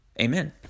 amen